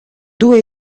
due